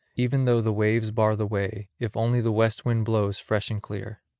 even though the waves bar the way, if only the west wind blows fresh and clear.